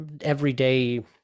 everyday